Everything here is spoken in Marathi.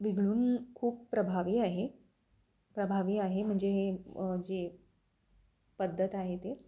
विघळून खूप प्रभावी आहे प्रभावी आहे म्हणजे हे जे पद्धत आहे ते